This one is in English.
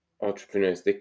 entrepreneurs